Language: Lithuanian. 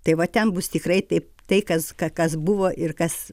tai va ten bus tikrai taip tai kas ką kas buvo ir kas